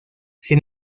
sin